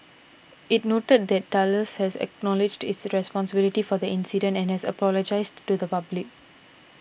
it noted that Thales has acknowledged its responsibility for the incident and it has apologised to the public